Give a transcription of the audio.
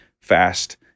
fast